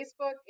Facebook